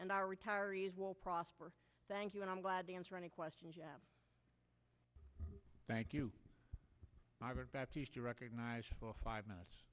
and our retirees will prosper thank you and i'm glad to answer any questions thank you to recognize for five minutes